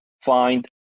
find